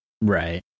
Right